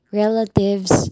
relatives